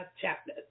chapter